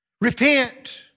repent